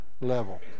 level